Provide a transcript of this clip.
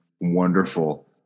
wonderful